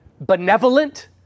benevolent